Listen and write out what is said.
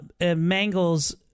Mangles